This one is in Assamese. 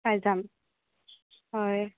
পাই যাম হয়